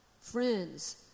friends